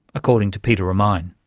according to peter remine.